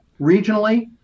regionally